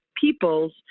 people's